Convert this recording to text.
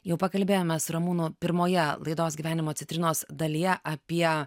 jau pakalbėjome su ramūnu pirmoje laidos gyvenimo citrinos dalyje apie